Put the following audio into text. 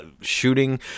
shooting